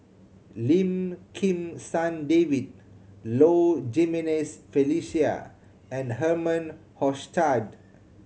Lim Kim San David Low Jimenez Felicia and Herman Hochstadt